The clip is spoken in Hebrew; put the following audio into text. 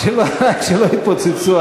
שלא יפוצצו אותם אבל.